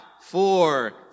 four